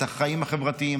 את החיים החברתיים,